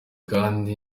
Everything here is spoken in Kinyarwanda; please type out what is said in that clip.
kandi